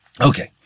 Okay